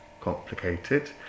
complicated